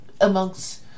amongst